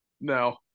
No